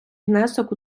внесок